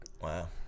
Wow